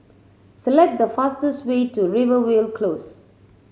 select the fastest way to Rivervale Close